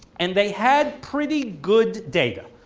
and they had pretty good data.